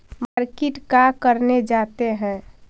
Market का करने जाते हैं?